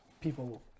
people